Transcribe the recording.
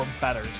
better